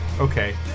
okay